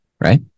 right